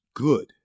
good